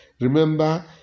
Remember